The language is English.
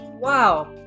Wow